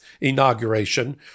inauguration